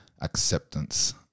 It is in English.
acceptance